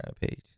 page